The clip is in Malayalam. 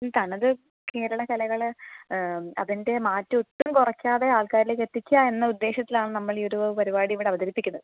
തനത് കേരള കലകൾ അതിന്റെ മാറ്റ് ഒട്ടും കുറയ്ക്കാതെ ആൾക്കാരിലേക്ക് എത്തിക്കുക എന്ന ഉദ്ദേശത്തിലാണ് നമ്മള് ഈ ഒരു പരിപാടി ഇവിടെ അവതരിപ്പിക്കുന്നത്